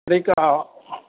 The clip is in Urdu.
لے کر آو